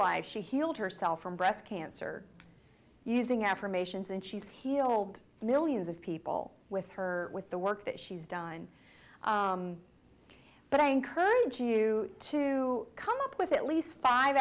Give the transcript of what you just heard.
life she healed herself from breast cancer using affirmations and she's here hold millions of people with her with the work that she's done but i encourage you to come up with at least five